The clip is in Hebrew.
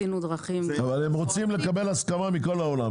אבל הם רוצים לקבל הסכמה מכל העולם.